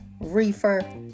reefer